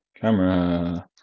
Camera